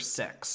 six